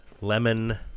lemon